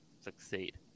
succeed